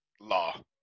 Law